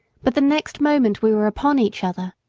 but the next moment we were upon each other.